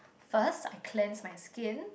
first I cleanse my skin